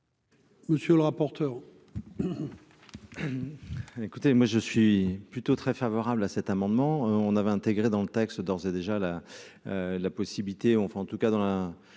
Monsieur le rapporteur.